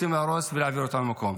רוצים להרוס ולהעביר אותם מקום.